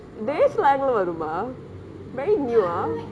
dey slang லே வருமா:le varumaa very new ah